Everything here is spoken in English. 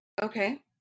okay